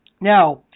now